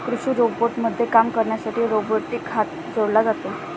कृषी रोबोटमध्ये काम करण्यासाठी रोबोटिक हात जोडला जातो